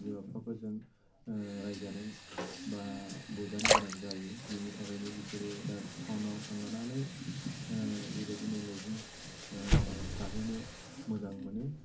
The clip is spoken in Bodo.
बिमा बिफाफोरजों रायजानो बा बुजानो गोनां जायो बिनि थाखायनो बिसोरो दा टाउन आव थांनानै बेबायदिनो लजिं थाहैनो मोजां मोनो